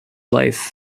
life